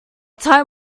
time